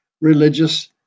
religious